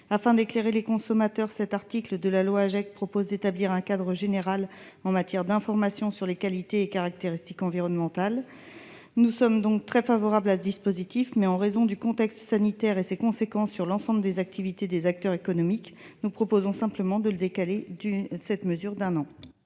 Afin d'éclairer les consommateurs, cet article prévoit d'établir un cadre général en matière d'informations sur les qualités et caractéristiques environnementales. Nous sommes très favorables à ce dispositif, mais, en raison du contexte sanitaire et de ses conséquences sur les activités de l'ensemble des acteurs économiques, nous proposons simplement de décaler d'une année